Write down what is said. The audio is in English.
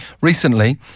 Recently